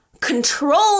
control